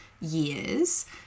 years